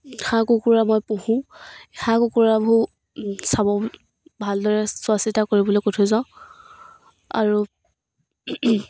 হাঁহ কুকুৰা মই পুহোঁ হাঁহ কুকুৰাবোৰ চাব ভালদৰে চোৱা চিতা কৰিবলৈ কৈ থৈ যাওঁ আৰু